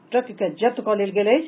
truck के जब्त कऽ लेल गेल अछि